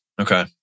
Okay